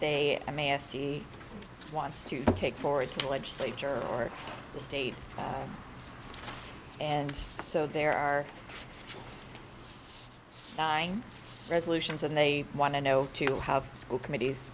they may se wants to take forward to the legislature or the state and so there are nine resolutions and they want to know to have school committees